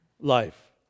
life